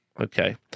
Okay